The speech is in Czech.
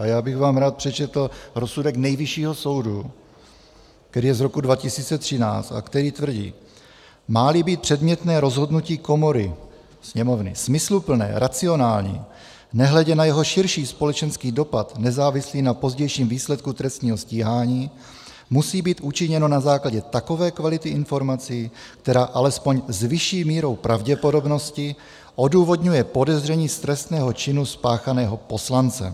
Rád bych vám přečetl rozsudek Nejvyššího soudu, který je z roku 2013 a který tvrdí: Máli být předmětné rozhodnutí komory /Sněmovny/ smysluplné, racionální, nehledě na jeho širší společenský dopad nezávislý na pozdějším výsledku trestního stíhání, musí být učiněno na základě takové kvality informací, která alespoň s vyšší mírou pravděpodobnosti odůvodňuje podezření z trestného činu spáchaného poslancem.